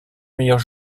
meilleurs